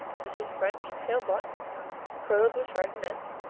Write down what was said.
such as french caillebottes curdled with chardonnette,